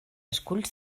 esculls